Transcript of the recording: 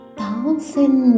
thousand